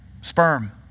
sperm